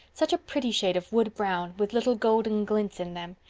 such a pretty shade of wood-brown with little golden glints in them.